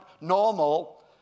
normal